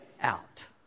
out